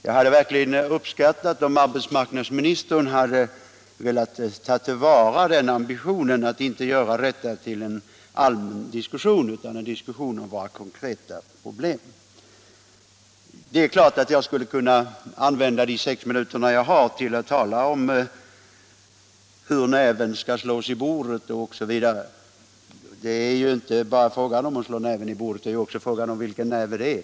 Jag hade verkligen uppskattat om arbetsmarknadsministern velat ta till vara den ambitionen att inte göra detta till en allmän debatt utan till en diskussion om våra konkreta problem. Det är klart att jag skulle kunna använda de sex minuter jag har till förfogande till att tala om hur näven skall slås i bordet osv. — det är ju inte bara fråga om att slå näven i bordet; det är också fråga om vilken näve det är.